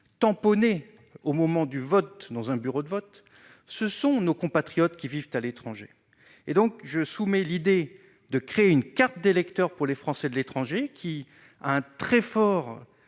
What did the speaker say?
tamponnée au moment du vote dans un bureau de vote, ce sont nos compatriotes qui vivent à l'étranger, et donc je soumet l'idée de créer une carte d'électeur pour les Français de l'étranger, qui a un très fort,